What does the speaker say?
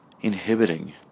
inhibiting